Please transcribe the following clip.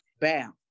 Bam